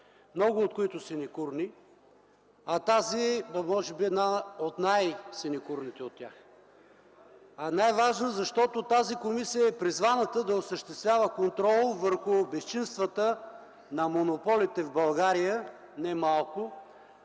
много от които синекурни, а тази може би е една от най-синекурните от тях. Най-важна, защото тази комисия е призваната да осъществява контрол върху безчинствата на монополите в България – не малко,